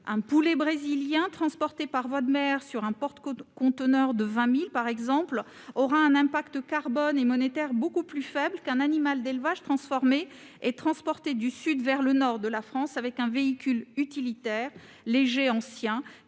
Un poulet brésilien transporté par voie de mer sur un porte-conteneurs de 20 000 équivalents vingt pieds (EVP) aura un impact carbone et monétaire beaucoup plus faible qu'un animal d'élevage transformé et transporté du sud vers le nord de la France avec un véhicule utilitaire léger ancien,